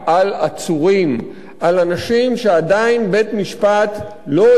על אנשים שעדיין בית-משפט לא הכריע שהם אשמים במשהו.